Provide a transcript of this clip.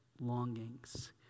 longings